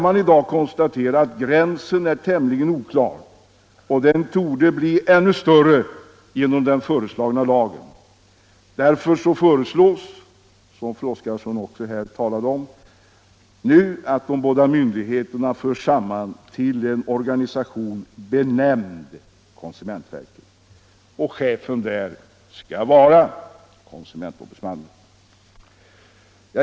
Man kan konstatera att gränsen i dag är tämligen oklar. Den torde bli ännu oklarare genom den föreslagna lagen. Därför föreslås, som fru Oskarsson talade om, nu att de båda myndigheterna förs samman till en organisation, benämnd konsumentverket. Chefen för det skall vara konsumentombudsmannen.